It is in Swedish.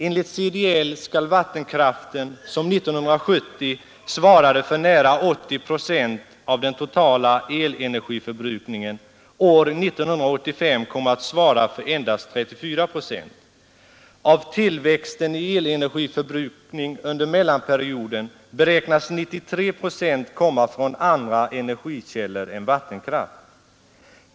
Enligt CDL skall vattenkraften, som 1970 svarade för nära 80 procent av den totala elenergiförbrukningen, år 1985 komma att svara för endast 34 procent. Av tillväxten i elenergiförbrukning under mellanperioden beräknas 93 procent komma från andra energikällor än vattenkraft.